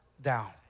down